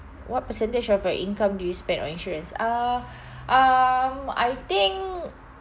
what percentage of your income do you spend on insurance uh um I think